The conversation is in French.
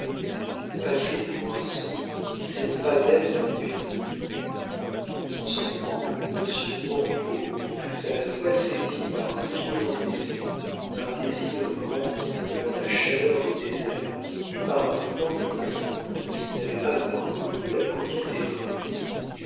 où passer pour un sot c'est ne pas être du pays en ce moment monsieur de montriveau fut à la fois saisi par un violent désir un désir grandi dans la chaleur des déserts et par un mouvement de cœur dont il n'avait pas encore connu la bouillante étreinte